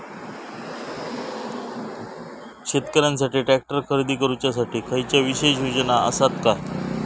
शेतकऱ्यांकसाठी ट्रॅक्टर खरेदी करुच्या साठी खयच्या विशेष योजना असात काय?